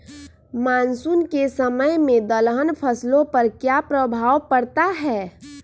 Monsoon के समय में दलहन फसलो पर क्या प्रभाव पड़ता हैँ?